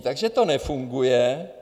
Takže to nefunguje.